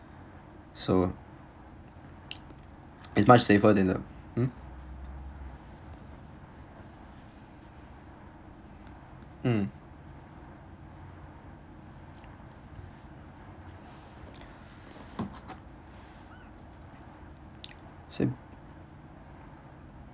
so it's much safer than the mm hmm same